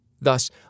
Thus